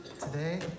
today